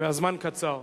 והזמן קצר.